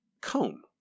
comb